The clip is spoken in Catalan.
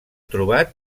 trobat